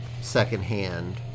secondhand